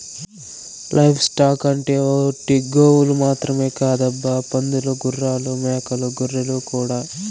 live stock అంటే ఒట్టి గోవులు మాత్రమే కాదబ్బా పందులు గుర్రాలు మేకలు గొర్రెలు కూడా